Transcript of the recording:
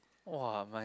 !wah! my